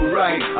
right